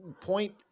point